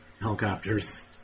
Helicopters